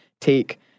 take